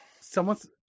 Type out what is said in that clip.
someone's